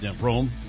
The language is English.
Rome